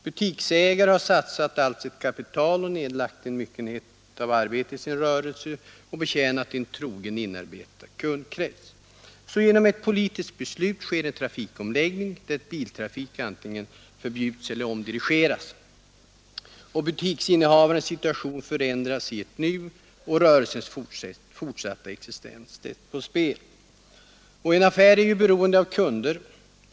Butiksägare har satsat allt sitt kapital och nedlagt en myckenhet av arbete i sin rörelse och betjänat en trogen och inarbetad kundkrets. Sedan sker genom ett politiskt beslut en Nr 123 trafikomläggning, där biltrafik antingen förbjuds eller omdirigeras. Torsdagen den Butiksinnehavarens situation förändras då i ett nu, och rörelsens fortsatta 23 november 1972 existens sätts på spel. En affär är ju beroende av kunder.